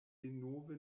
denove